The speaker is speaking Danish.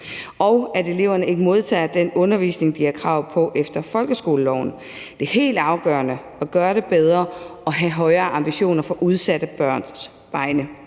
og at eleverne ikke modtager den undervisning, de har krav på efter folkeskoleloven. Det er helt afgørende at gøre det bedre og have højere ambitioner på udsatte børns vegne.